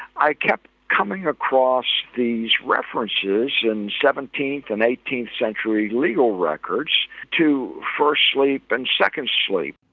i kept coming across these references in seventeenth and eighteenth century legal records to first sleep and second sleep.